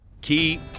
keep